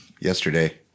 yesterday